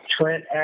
Trent